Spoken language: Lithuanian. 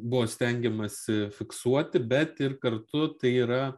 buvo stengiamasi fiksuoti bet ir kartu tai yra